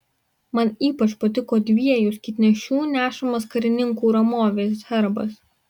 man ypač patiko dviejų skydnešių nešamas karininkų ramovės herbas